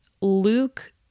luke